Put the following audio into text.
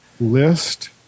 list